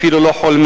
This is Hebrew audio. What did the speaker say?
אפילו לא חולמים.